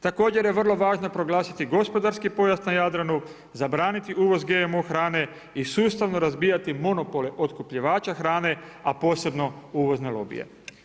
Također je vrlo važno proglasiti gospodarski pojas na Jadranu, zabraniti uvoz GMO hrane i sustavno razbijati monopole otkupljivača hrane a posebno uvozne lobije.